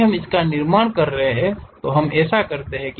यदि हम इसका निर्माण कर रहे हैं तो हम ऐसा करते हैं